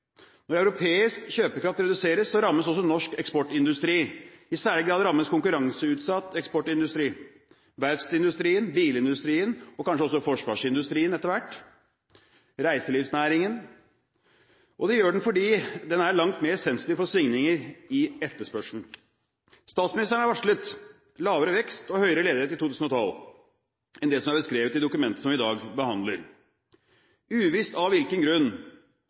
Når europeisk kjøpekraft reduseres, rammes også norsk eksportindustri. I særlig grad rammes konkurranseutsatt eksportindustri – verftsindustrien, bilindustrien, kanskje også forsvarsindustrien, etter hvert, og reiselivsnæringen. Det gjør den fordi den er langt mer sensitiv for svingninger i etterspørselen. Statsministeren har varslet lavere vekst og høyere ledighet i 2012 enn det som er beskrevet i dokumentet som vi i dag behandler. Uvisst av hvilken grunn